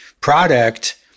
product